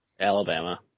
Alabama